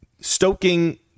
stoking